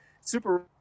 super